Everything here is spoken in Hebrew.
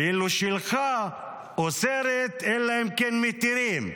ואילו שלך אוסרת אלא אם כן מתירים.